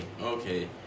okay